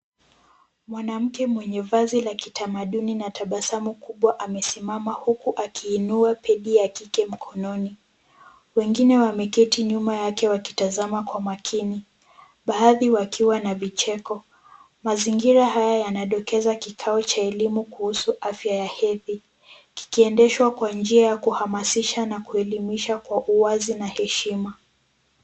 Mwanamke mwenye vazi la kitamaduni na tabasamu kubwa amesimama huku akiinua pedi ya kike mkononi. Wengine wameketi nyuma yake wakitazama kwa makini baadhi wakiwa na vichezo. Mazingira haya yanadokeza kikao cha elimu kuhusu afya ya hedhi kikiendeshwa kwa njia ya kuhamasisha na kuelimisha kwa uwazi na heshima.